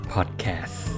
Podcast